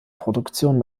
produktion